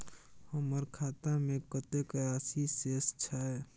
हमर खाता में कतेक राशि शेस छै?